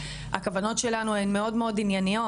הטענות שלנו הם מאוד מאוד ענייניות,